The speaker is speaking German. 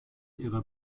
ihrer